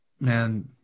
Man